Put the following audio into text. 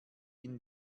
ihn